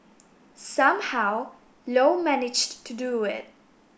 somehow Low managed to do it